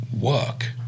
work